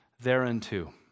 thereunto